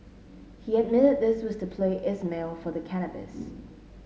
he admitted this was to pay Ismail for the cannabis